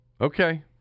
Okay